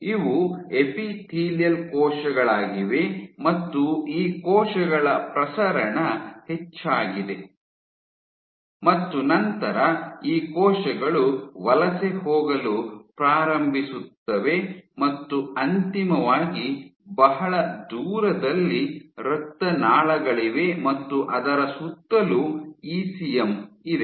ಇವು ಎಪಿಥೇಲಿಯಲ್ ಕೋಶಗಳಾಗಿವೆ ಮತ್ತು ಈ ಕೋಶಗಳ ಪ್ರಸರಣ ಹೆಚ್ಚಾಗಿದೆ ಮತ್ತು ನಂತರ ಈ ಕೋಶಗಳು ವಲಸೆ ಹೋಗಲು ಪ್ರಾರಂಭಿಸುತ್ತವೆ ಮತ್ತು ಅಂತಿಮವಾಗಿ ಬಹಳ ದೂರದಲ್ಲಿ ರಕ್ತನಾಳಗಳಿವೆ ಮತ್ತು ಅದರ ಸುತ್ತಲೂ ಇಸಿಎಂ ಇದೆ